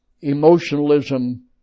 emotionalism